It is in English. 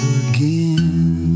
again